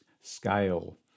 Scale